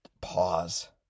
pause